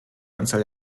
anzahl